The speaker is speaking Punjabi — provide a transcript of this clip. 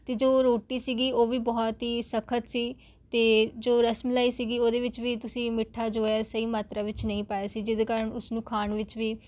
ਅਤੇ ਜੋ ਰੋਟੀ ਸੀਗੀ ਉਹ ਵੀ ਬਹੁਤ ਹੀ ਸਖ਼ਤ ਸੀ ਅਤੇ ਜੋ ਰਸਮਲਾਈ ਸੀਗੀ ਉਹਦੇ ਵਿੱਚ ਵੀ ਤੁਸੀਂ ਮਿੱਠਾ ਜੋ ਹੈ ਸਹੀ ਮਾਤਰਾ ਵਿੱਚ ਨਹੀਂ ਪਾਇਆ ਸੀ ਜਿਹਦੇ ਕਾਰਨ ਉਸ ਨੂੰ ਖਾਣ ਵਿੱਚ ਵੀ